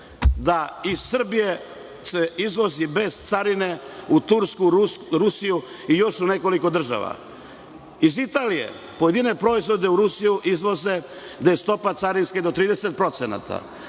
se iz Srbije izvozi bez carine u Tursku, Rusiju i još u nekoliko država. Iz Italije pojedine proizvode u Rusiju izvoze gde je carinska stopa do 30%.